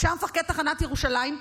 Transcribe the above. כשהיה מפקד תחנת ירושלים,